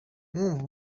mwumva